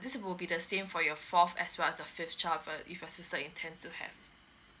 this will be the same for your fourth as well as the fifth child if err if your sister intends to have